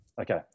Okay